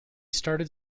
started